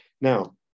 Now